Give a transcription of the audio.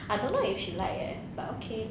I don't know if she'd like eh but okay